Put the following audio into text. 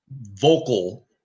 vocal